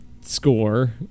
score